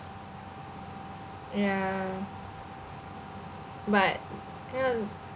yeah but and